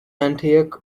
antioch